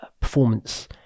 Performance